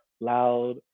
loud